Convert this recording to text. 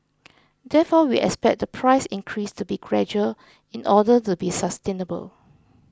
therefore we expect the price increase to be gradual in order to be sustainable